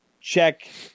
check